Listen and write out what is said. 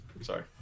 sorry